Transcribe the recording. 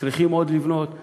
צריכים לבנות עוד.